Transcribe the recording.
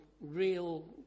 real